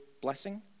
blessing